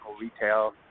retail